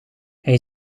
hij